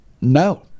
No